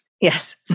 Yes